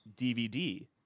DVD